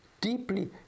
deeply